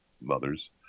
mothers